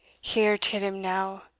hear till him now!